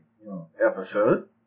episode